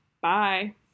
Bye